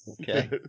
Okay